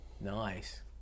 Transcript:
Nice